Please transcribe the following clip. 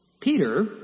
Peter